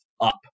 up